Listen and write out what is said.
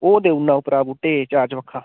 ओह् देई ओड़ना उप्परा बूह्टे गी चार चबक्खा